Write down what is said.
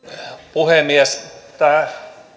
puhemies tämä